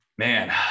man